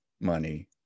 money